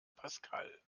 pascal